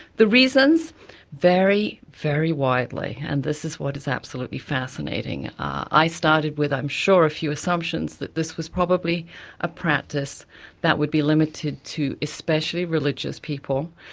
the reasons vary very widely, and this is what is absolutely fascinating. i started with, i'm sure, a few assumptions that this was probably a practice that would be limited to especially religious people,